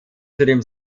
zudem